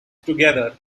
together